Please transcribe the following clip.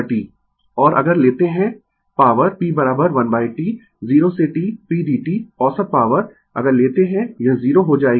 और अगर लेते है पॉवर P 1 T 0 से T p dt औसत पॉवर अगर लेते है यह 0 हो जायेगी